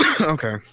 okay